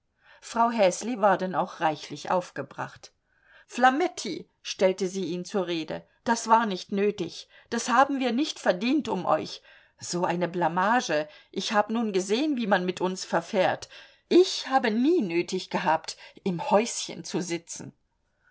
frau häsli war denn auch reichlich aufgebracht flametti stellte sie ihn zur rede das war nicht nötig das haben wir nicht verdient um euch so eine blamage ich hab nun gesehen wie man mit uns verfährt ich habe nie nötig gehabt im häuschen zu sitzen